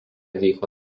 vyko